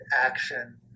action